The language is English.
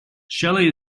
shelly